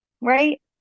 Right